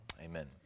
Amen